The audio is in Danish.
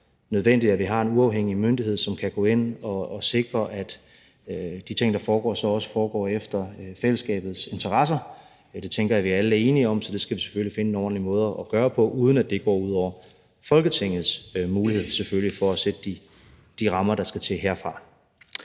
nødvendigt, at vi har en uafhængig myndighed, som kan gå ind og sikre, at de ting, der foregår, så også foregår efter fællesskabets interesser. Det tænker jeg at vi alle er enige om, så det skal vi selvfølgelig finde en ordentlig måde at gøre på, uden at det går ud over Folketingets mulighed for at sætte de rammer, der skal til herfra.